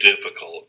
difficult